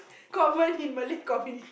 convert in Malay communi~